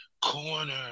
Corner